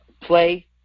Play